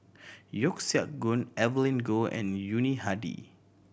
Yeo Siak Goon Evelyn Goh and Yuni Hadi